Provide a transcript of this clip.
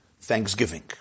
Thanksgiving